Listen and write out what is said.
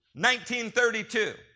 1932